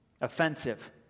offensive